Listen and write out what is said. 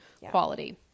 quality